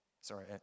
Sorry